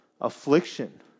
affliction